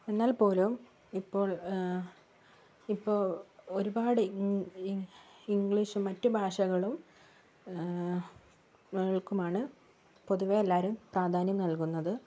എന്നാൽ പോലും ഇപ്പോൾ ഇപ്പൊൾ ഒരുപാട് ഇം ഇം ഇംഗ്ലീഷും മറ്റു ഭാഷകളും കൾക്കുമാണ് പൊതുവെ എല്ലാവരും പ്രാധാന്യം നൽകുന്നത്